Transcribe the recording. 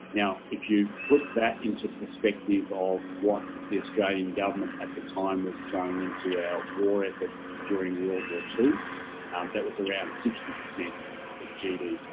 now if you put that into perspective of what the australian government at the time that's throwing into our war effort during world war that that was around sixty percent of gd.